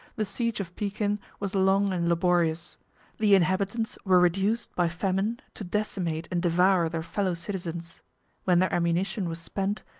the siege of pekin was long and laborious the inhabitants were reduced by famine to decimate and devour their fellow-citizens when their ammunition was spent,